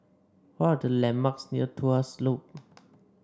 what are the landmarks near Tuas Loop